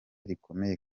rikomeye